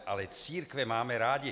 Ale církve máme rádi.